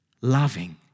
Loving